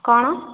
କ'ଣ